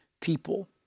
people